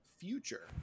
future